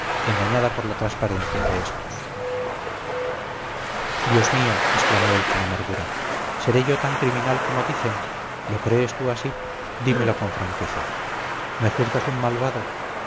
engañada por la transparencia de estos dios mío exclamó él con amargura seré yo tan criminal como dicen lo crees tú así dímelo con franqueza me juzgas un malvado